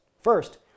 First